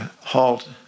halt